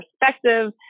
perspective